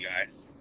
guys